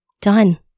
Done